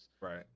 right